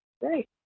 great